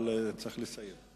אבל צריך לסיים.